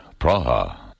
Praha